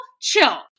chill